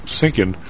sinking